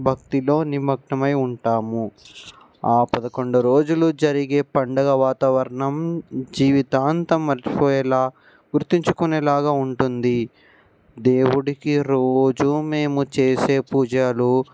భక్తిలో నిమగ్నమై ఉంటాము ఆ పదకొండు రోజులు జరిగే పండగ వాతావరణం జీవితాంతం మర్చిపోయేలా గుర్తుంచుకునేలాగా ఉంటుంది దేవుడికి రోజు మేము చేసే పూజలు